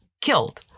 killed